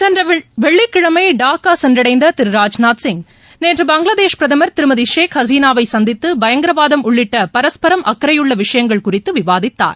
சென்றவெள்ளிக்கிழமைடாக்காசென்றடைந்ததிரு ராஜ்நாத் சிங் நேற்று பங்களாதேஷ் பிரதமர் திருமதிஷேக் ஹசீனாவைசந்தித்துபயங்கரவாதம் உள்ளிட்டபரஸ்பரம் அக்கறையுள்ளவிஷயங்கள் குறித்துவிவாதித்தார்